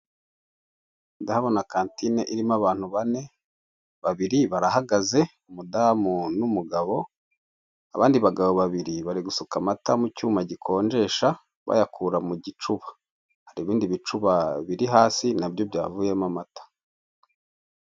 Ndahabona kantine irimo abantu bane, babiri barahagaze umudamu n'umugabo, abandi bagabo babiri bari gusuka amata mu cyuma gikonjesha bayakura mu gicuba. Hari ibindi bicuba biri hasi nabyo byavuyemo amata.